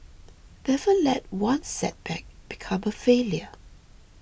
never let one setback become a failure